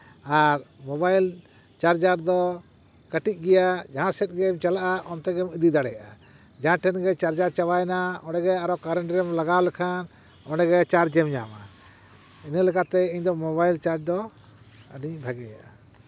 ᱟᱨ mobile charger ᱫᱚ ᱠᱟᱹᱴᱤᱡ ᱜᱮᱭᱟ ᱡᱟᱦᱟᱸ ᱥᱮᱫ ᱜᱮᱢ ᱪᱟᱞᱟᱜᱼᱟ ᱚᱱᱛᱮ ᱜᱮᱢ ᱤᱫᱤ ᱫᱟᱲᱮᱭᱟᱜᱼᱟ ᱡᱟᱦᱟᱸ ᱴᱷᱮᱱ ᱜᱮ ᱪᱟᱨᱡᱟᱨ ᱪᱟᱵᱟᱭᱱᱟ ᱚᱸᱰᱮ ᱜᱮ ᱟᱨᱚ ᱠᱟᱨᱮᱱᱴ ᱨᱮᱢ ᱞᱟᱜᱟᱣ ᱞᱮᱠᱷᱟᱱ ᱚᱸᱰᱮᱜᱮ ᱪᱟᱨᱡᱽ ᱮᱢ ᱧᱟᱢᱟ ᱤᱱᱟᱹ ᱞᱮᱠᱟᱛᱮ ᱤᱧ ᱫᱚ ᱢᱳᱵᱟᱭᱤᱞ ᱪᱟᱨᱡᱽ ᱫᱚ ᱟᱹᱰᱤᱧ ᱵᱷᱟᱜᱮᱭᱟᱜᱼᱟ